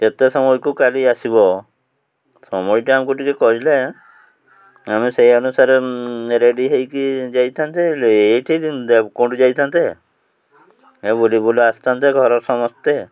କେତେ ସମୟକୁ କାଲି ଆସିବ ସମୟଟା ଆମକୁ ଟିକେ କହିଲେ ଆମେ ସେଇ ଅନୁସାରେ ରେଡ଼ି ହେଇକି ଯାଇଥାନ୍ତେ ଲେଟ୍ କୋଉଠି ଯାଇଥାନ୍ତେ ଏ ବୁଲିବୁଲା ଆସିଥାନ୍ତେ ଘର ସମସ୍ତେ